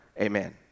Amen